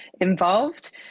involved